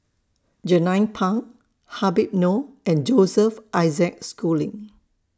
Jernnine Pang Habib Noh and Joseph Isaac Schooling